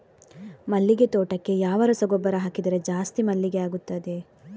ಮಲ್ಲಿಗೆ ತೋಟಕ್ಕೆ ಯಾವ ರಸಗೊಬ್ಬರ ಹಾಕಿದರೆ ಜಾಸ್ತಿ ಮಲ್ಲಿಗೆ ಆಗುತ್ತದೆ?